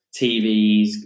TVs